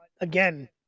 again